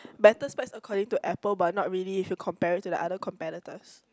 better specs according to Apple but not really if you compare it to the other competitors